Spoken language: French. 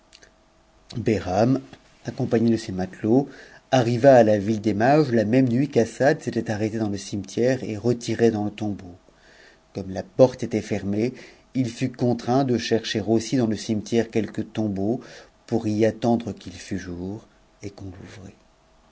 accompagné de ses matelots arriva à la ville des mages fa même nuit qu'assad s'était arrêté dans le cimetière et retiré dans e tombeau comme la porte étau fermée il fut contraint de chercher aussi dans le cimetière quelque tombeau pour y attendre qu'il fut jour e qu'on l'ouvrît